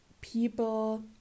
people